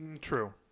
True